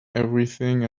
everything